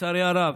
לצערי הרב,